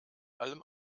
allem